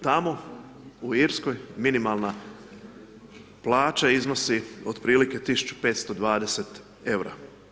Tamo u Irskoj minimalna plaća iznosi otprilike 1520 eura.